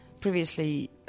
previously